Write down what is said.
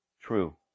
true